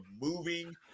moving